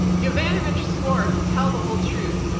yovanovitch swore to tell the whole truth,